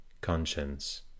conscience